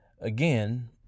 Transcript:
Again